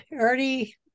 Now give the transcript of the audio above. already